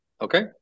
Okay